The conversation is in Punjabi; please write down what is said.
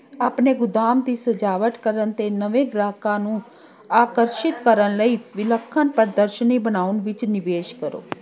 ਆਪਣੇ ਗੁਦਾਮ ਦੀ ਸਜਾਵਟ ਕਰਨ ਅਤੇ ਨਵੇਂ ਗਾਹਕਾਂ ਨੂੰ ਆਕਰਸ਼ਿਤ ਕਰਨ ਲਈ ਵਿਲੱਖਣ ਪ੍ਰਦਰਸ਼ਨੀ ਬਣਾਉਣ ਵਿੱਚ ਨਿਵੇਸ਼ ਕਰੋ